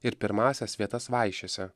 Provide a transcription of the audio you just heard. ir pirmąsias vietas vaišėse